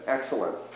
Excellent